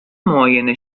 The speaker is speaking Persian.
معاینه